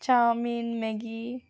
চাও mein Maggi